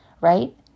right